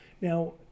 now